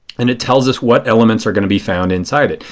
and it tells us what elements are going to be found inside it,